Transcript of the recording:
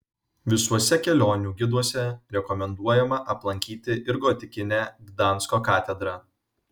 visuose kelionių giduose rekomenduojama aplankyti ir gotikinę gdansko katedrą